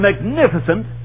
magnificent